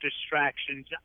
distractions